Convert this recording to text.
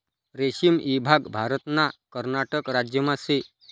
रेशीम ईभाग भारतना कर्नाटक राज्यमा शे